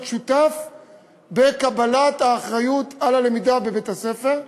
להיות שותף בקבלת האחריות ללמידה בבית-הספר,